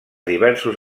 diversos